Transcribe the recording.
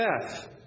death